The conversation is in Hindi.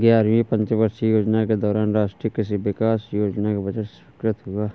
ग्यारहवीं पंचवर्षीय योजना के दौरान राष्ट्रीय कृषि विकास योजना का बजट स्वीकृत हुआ